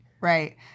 right